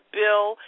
bill